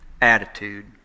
Attitude